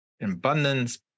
abundance